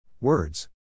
Words